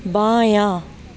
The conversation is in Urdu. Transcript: بایاں